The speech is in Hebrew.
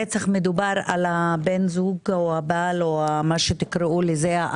מדובר בבן זוג או הבעל או האבא מה שתקראו לזה,